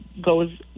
goes